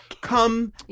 come